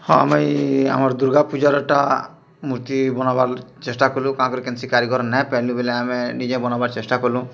ହଁ ମୁଇଁ ଆମର୍ ଦୁର୍ଗାପୂଜାରଟା ମୂର୍ତ୍ତି ବନାବାର୍ ଚେଷ୍ଟା କଲୁଁ କାଁ କରି କେନସି କାରିଗର୍ ନାହିଁ ପାଏଲୁ ବେଲେ ଆମେ ନିଜେ ବନାବାର୍ ଚେଷ୍ଟା କଲୁଁ